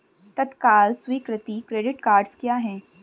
तत्काल स्वीकृति credit cards क्या हैं?